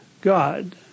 God